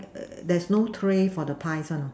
there's no tray for the pies one you know